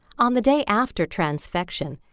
on the day after transfection,